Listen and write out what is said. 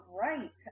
right